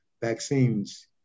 vaccines